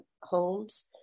homes